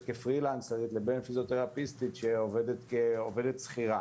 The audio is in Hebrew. כפרילנסרית לבין פיזיותרפיסטית שעובדת שכירה?